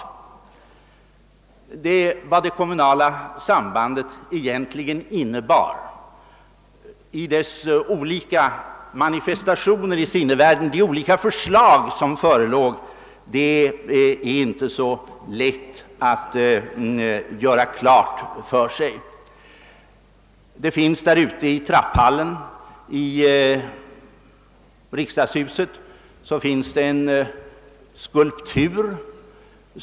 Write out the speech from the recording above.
Vad det kommunala sambandet egentligen innebar i sina olika manifestationer i sinnevärlden är det inte så lätt att göra klart för sig. Ute i trapphallen i riksdagshuset finns det en skulptur.